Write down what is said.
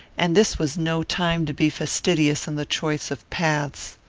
and this was no time to be fastidious in the choice of paths.